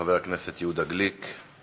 חבר הכנסת יהודה גליק.